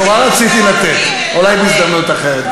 נורא רציתי לתת, אולי בהזדמנות אחרת.